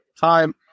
time